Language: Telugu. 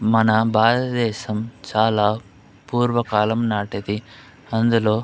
మన భారతదేశం చాలా పూర్వకాలం నాటిది అందులో